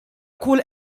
kull